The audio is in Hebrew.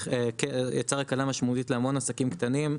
וזה יצר הקלה משמעותית להמון עסקים קטנים,